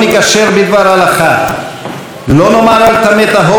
לא נאמר על טמא טהור ועל טהור טמא,